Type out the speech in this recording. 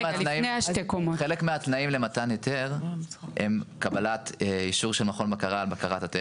חלק מהתנאים לקבלת היתר הם קבלת אישור של מכון בקרה על בקרת התכן.